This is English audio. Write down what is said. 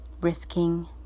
risking